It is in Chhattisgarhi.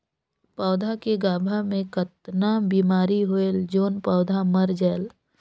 पौधा के गाभा मै कतना बिमारी होयल जोन पौधा मर जायेल?